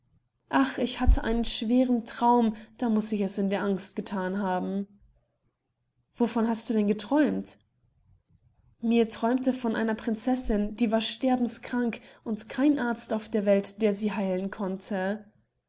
ach ich hatte einen schweren traum da muß ich es in der angst gethan haben wovon hast du denn geträumt mir träumte von einer prinzessin die war sterbenskrank und kein arzt war auf der welt der sie heilen konnte